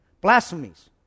Blasphemies